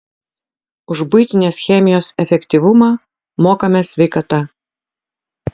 už buitinės chemijos efektyvumą mokame sveikata